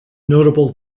notable